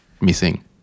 missing